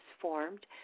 formed